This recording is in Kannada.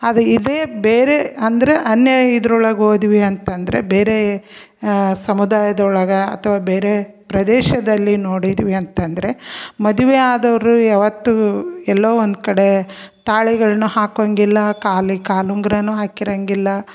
ಆದ ಇದೇ ಬೇರೆ ಅಂದ್ರೆ ಅನ್ಯ ಇದ್ರೊಳ್ಗೆ ಹೋದ್ವಿ ಅಂತ ಅಂದ್ರೆ ಬೇರೆ ಸಮುದಾಯದೊಳಗೆ ಅಥ್ವಾ ಬೇರೆ ಪ್ರದೇಶದಲ್ಲಿ ನೋಡಿದ್ವಿ ಅಂತ ಅಂದ್ರೆ ಮದುವೆ ಆದವರು ಯಾವತ್ತೂ ಎಲ್ಲೋ ಒಂದು ಕಡೆ ತಾಳಿಗಳನ್ನೂ ಹಾಕೋಂಗಿಲ್ಲ ಕಾಲಿಗೆ ಕಾಲುಂಗರನೂ ಹಾಕಿರೋಂಗಿಲ್ಲ